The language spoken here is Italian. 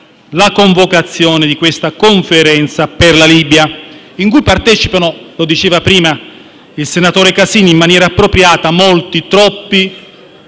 nella convocazione di questa Conferenza per la Libia, cui però partecipano - lo diceva prima il senatore Casini in maniera appropriata - molti, troppi